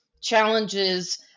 challenges